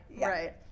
Right